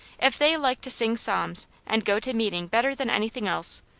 if they like to sing psalms and go to meeting better than anything else,